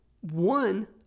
one